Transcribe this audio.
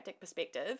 perspective